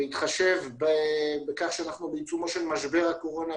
בהתחשב בכך שאנחנו בעיצומו של משבר הקורונה,